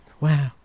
Wow